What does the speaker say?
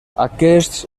aquests